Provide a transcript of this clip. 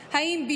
האם עמדת במטבח?